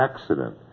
accident